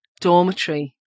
dormitory